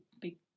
big